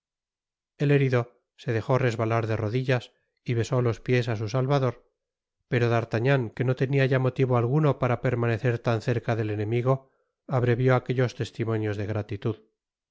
el herido se dejó resbalar de rodillas y besó los piés á su salvador pero d'artagnan que no tenia ya motivo alguno para permanecer tan cerca del enemigo abrevió aquellos testimonios de gratilud